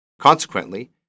Consequently